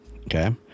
okay